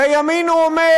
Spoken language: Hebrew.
לימין הוא אומר: